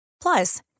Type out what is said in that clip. Plus